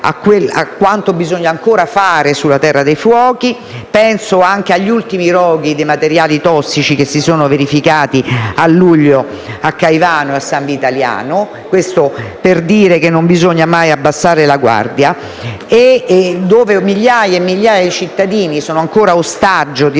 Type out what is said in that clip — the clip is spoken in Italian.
a quanto bisogna ancora fare nella terra dei fuochi. Penso agli ultimi roghi di materiali tossici che si sono verificati a luglio a Caivano e a San Vitaliano -questo per dire che non bisogna mai abbassare la guardia - dove migliaia e migliaia cittadini sono ancora ostaggio di